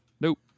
nope